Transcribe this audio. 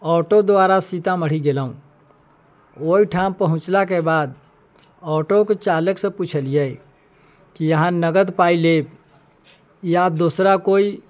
auto द्वारा सीतामढ़ी गेलहुँ ओइठाम पहुँचलाके बाद ऑटोके चालकसँ पुछलियै कि अहाँ नगद पाइ लेब या दोसरा कोइ